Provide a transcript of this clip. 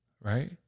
right